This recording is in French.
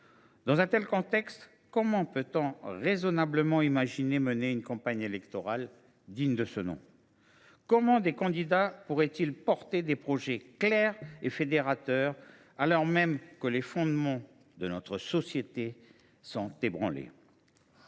Dans un tel contexte, comment peut on raisonnablement imaginer mener une campagne électorale digne de ce nom ? Comment des candidats pourraient ils porter des projets clairs et fédérateurs, alors même que les fondements de notre société sont ébranlés ?